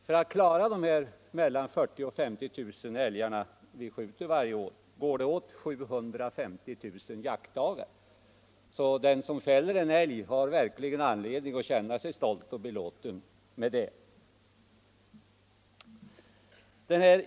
För att klara de mellan 40 000 och 50 000 älgar som skjuts varje år går det åt 750 000 jaktdagar, så den som fäller en älg har verkligen anledning att känna sig stolt och belåten.